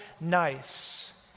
nice